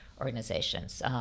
organizations